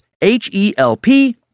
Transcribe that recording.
H-E-L-P